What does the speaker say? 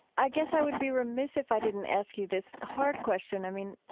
i guess i would be remiss if i didn't ask you this hard question. i mean,